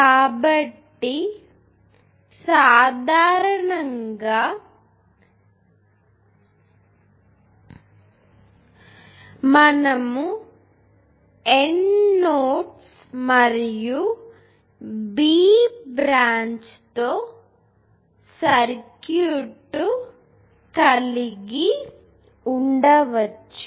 కాబట్టి సాధారణంగా మనం N నోడ్స్ మరియు B బ్రాంచ్ తో సర్క్యూట్ కలిగి ఉండవచ్చు